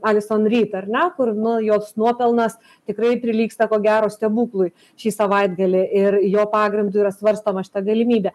alison ryt ar ne kur nu jos nuopelnas tikrai prilygsta ko gero stebuklui šį savaitgalį ir jo pagrindu yra svarstoma šita galimybė